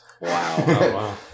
Wow